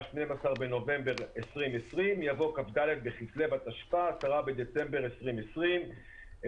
(12 בנובמבר 2020)" יבוא " כ"ד בכסלו התשפ"א (10 בדצמבר 2020)"."